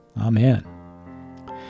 Amen